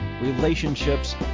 relationships